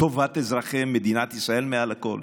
טובת אזרחי מדינת ישראל מעל הכול,